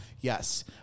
Yes